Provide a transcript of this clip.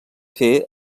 fer